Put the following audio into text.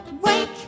Wake